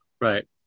Right